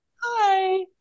hi